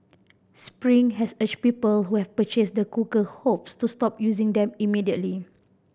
spring has urged people who have purchased the cooker hobs to stop using them immediately